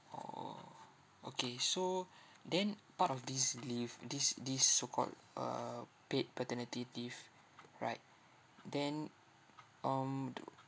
orh okay so then part of this leave this this so called uh paid paternity leave right then um do